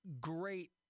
great